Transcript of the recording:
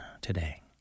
today